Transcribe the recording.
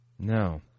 No